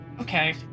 Okay